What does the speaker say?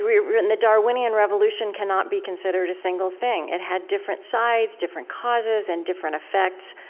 written the darwinian revolution cannot be considered a single thing. it had different sides, different causes, and different effects.